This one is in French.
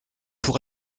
pour